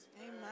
Amen